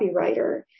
copywriter